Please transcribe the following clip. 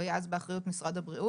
הוא היה אז באחריות משרד הבריאות.